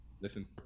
listen